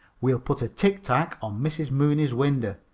we'll put a tic-tac on mrs. mooney's window.